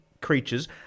creatures